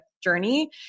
journey